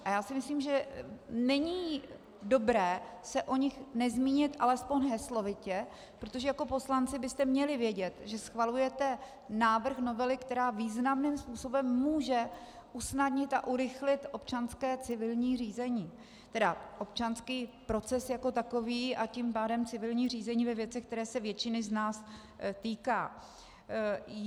A já si myslím, že není dobré se o nich nezmínit alespoň heslovitě, protože jako poslanci byste měli vědět, že schvalujete návrh novely, která významným způsobem může usnadnit a urychlit občanské civilní řízení, tedy občanský proces jako takový, a tím pádem civilní řízení ve věcech, které se většiny z nás týkají.